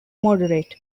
moderate